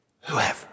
Whoever